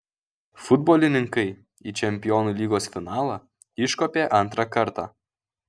futbolininkai į čempionų lygos finalą iškopė antrą kartą